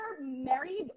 married